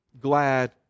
glad